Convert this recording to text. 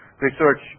research